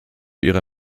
ihre